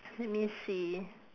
let me see